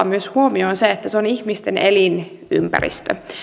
myös huomioon se että se on ihmisten elinympäristö